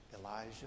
Elijah